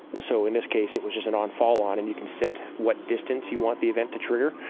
so in this case, it was just and on fall on. and you can set what distance you want the event to trigger.